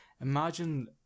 Imagine